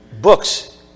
books